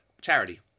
charity